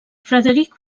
frederic